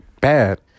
bad